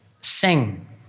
Sing